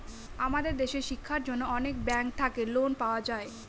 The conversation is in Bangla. আমাদের দেশের শিক্ষার জন্য অনেক ব্যাঙ্ক থাকে লোন পাওয়া যাবে